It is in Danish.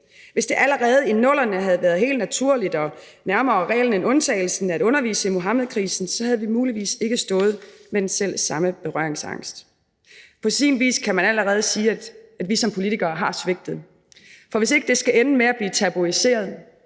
Hvis det allerede i 00'erne havde været helt naturligt og nærmere reglen end undtagelsen at undervise i Muhammedkrisen, havde vi muligvis ikke stået med den samme berøringsangst. På sin vis kan man allerede sige, at vi som politikere har svigtet. For hvis ikke det skal ende med at blive tabuiseret,